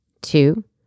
Two